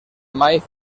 mai